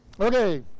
Okay